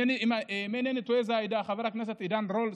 אם אינני טועה זה היה חבר הכנסת עידן רול,